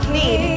need